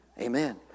Amen